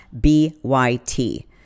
B-Y-T